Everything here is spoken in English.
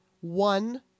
one